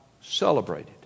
celebrated